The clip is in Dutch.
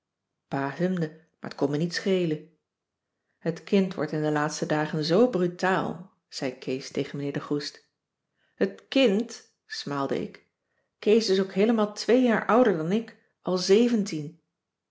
maar t kon me niet schelen het kind wordt in de laatste dagen zoo brutaal zei kees tegen mijnheer de groest het kind smaalde ik kees is ook heelemaal twee jaar ouder dan ik àl zeventien